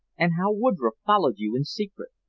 and how woodroffe followed you in secret,